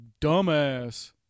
dumbass